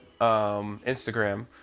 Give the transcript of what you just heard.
Instagram